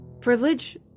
privilege